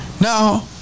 Now